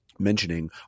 mentioning